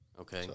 Okay